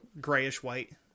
grayish-white